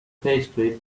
pastry